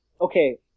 Okay